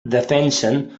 defensen